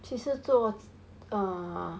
其实做 err